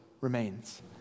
remains